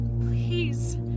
Please